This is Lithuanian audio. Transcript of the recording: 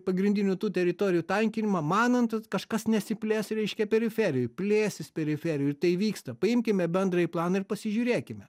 pagrindinių tų teritorijų tankinimą manant kad kažkas nesiplės reiškia periferijoj plėsis periferijoj tai vyksta paimkime bendrąjį planą ir pasižiūrėkime